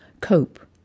cope